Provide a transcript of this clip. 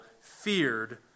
feared